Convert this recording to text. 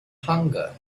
hunger